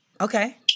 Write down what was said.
Okay